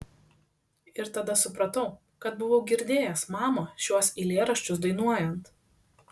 ir tada supratau kad buvau girdėjęs mamą šiuos eilėraščius dainuojant